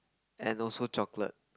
and also chocolate